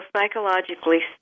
psychologically